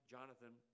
Jonathan